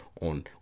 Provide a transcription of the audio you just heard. on